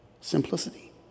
Simplicity